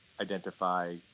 identify